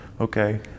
okay